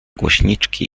głośniczki